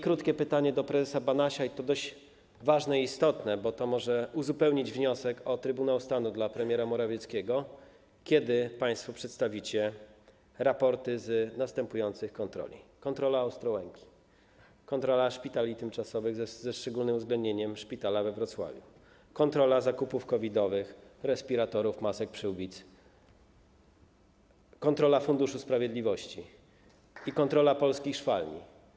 Krótkie pytanie do prezesa Banasia - to jest dość ważne, istotne, bo to może uzupełnić wniosek o Trybunał Stanu dla premiera Morawieckiego - kiedy państwo przedstawicie raporty z następujących kontroli: kontrola Ostrołęki, kontrola szpitali tymczasowych, ze szczególnym uwzględnieniem szpitala we Wrocławiu, kontrola zakupów COVID-owych, respiratorów, masek, przyłbic, kontrola Funduszu Sprawiedliwości i kontrola „Polskich szwalni”